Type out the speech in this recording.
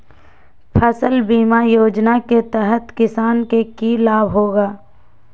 फसल बीमा योजना के तहत किसान के की लाभ होगा?